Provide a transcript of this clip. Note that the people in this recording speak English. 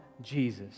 Jesus